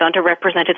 underrepresented